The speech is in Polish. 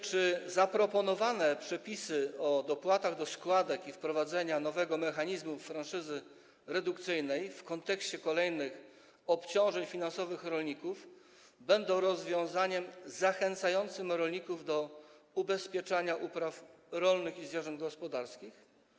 Czy zaproponowane przepisy dotyczące dopłat do składek i wprowadzenia nowego mechanizmu franszyzy redukcyjnej w kontekście kolejnych obciążeń finansowych rolników będą rozwiązaniem zachęcającym rolników do ubezpieczania upraw rolnych i zwierząt gospodarskich?